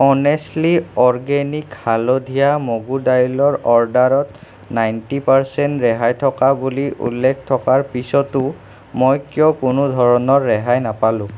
honestly organic হালধীয়া মগু দাইলৰ অৰ্ডাৰত নাইনটী পাৰ্চেণ্ট ৰেহাই থকা বুলি উল্লেখ থকাৰ পিছতো মই কিয় কোনোধৰণৰ ৰেহাই নাপালোঁ